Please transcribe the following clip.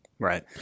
Right